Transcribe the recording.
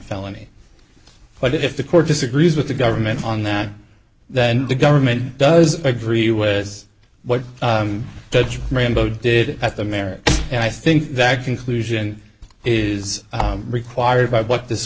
felony but if the court disagrees with the government on that then the government does agree with what judge rambo did at the marriage and i think that conclusion is required by what this